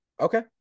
Okay